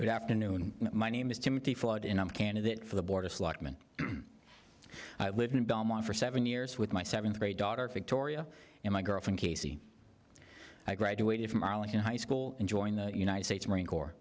good afternoon my name is timothy flood in i'm a candidate for the board of selectmen i live in belmont for seven years with my th grade daughter victoria and my girlfriend casey i graduated from arlington high school and joined the united states marine corps